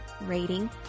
rating